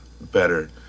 better